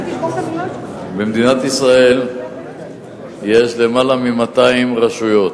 במדינת ישראל יש יותר מ-200 רשויות,